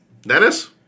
Dennis